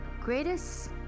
greatest